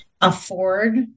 afford